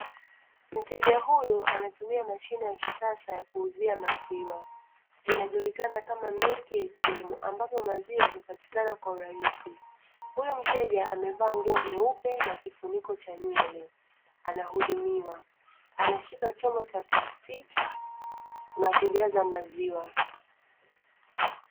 Mteja huyu anatumia mashine ya kisasa ya kuuzia maziwa. Inajulikana kama milk ATM ambapo maziwa hupatikana kwa urahisi. Huyu mteja amevaa nguo nyeupe na kifuniko cha nywele; anahudumiwa. Anashika chombo cha plastiki na kujaza maziwa.